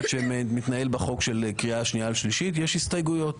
שמתנהלת בחוק לקריאה שנייה ושלישית כאשר יש הסתייגויות.